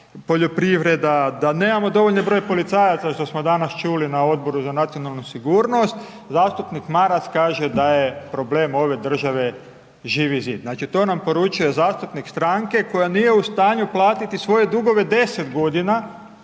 poljoprivreda, da nemamo dovoljan broj policajaca što smo danas čuli na Odboru za nacionalnu sigurnost, zastupnik Maras kaže da je problem ove države Živi zid. Znači to nam poručuje zastupnik stranke, koja nije u stanju platiti svoje dugove 10 g.